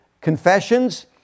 confessions